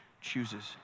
chooses